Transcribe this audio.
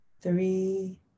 three